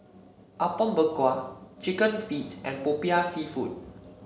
Apom Berkuah chicken feet and Popiah seafood